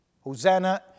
Hosanna